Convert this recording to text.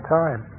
time